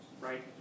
right